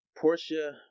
Portia